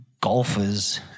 golfers